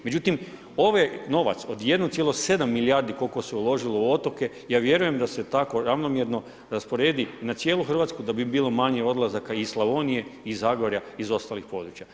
Međutim, ovaj novac od 1.7 milijardi koliko se uložilo u otoke, ja vjerujem da se tako ravnomjerno rasporedi na cijelu Hrvatsku da bi bilo manje odlazaka i iz Slavonije i iz Zagorja i iz ostalih područja.